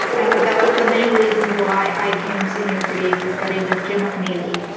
and that that was the main reason why i came to new york city to study with jim mcneely.